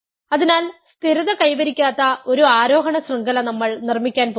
അതിനാൽ സ്ഥിരത കൈവരിക്കാത്ത ഒരു ആരോഹണ ശൃംഖല നമ്മൾ നിർമ്മിക്കാൻ പോകുന്നു